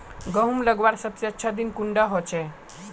गहुम लगवार सबसे अच्छा दिन कुंडा होचे?